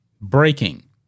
Breaking